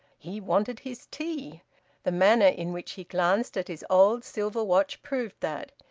he wanted his tea the manner in which he glanced at his old silver watch proved that.